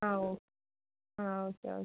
ആ okay okay